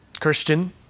Christian